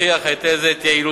הוכיח היטל זה את יעילותו,